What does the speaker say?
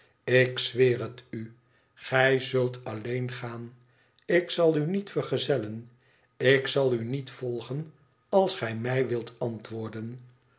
ik zweer het u gij zult alleen gaan ik zal u niet vergezellen ik zal u niet volgen als gij mij wilt antwoorden